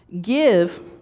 give